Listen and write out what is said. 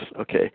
Okay